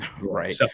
Right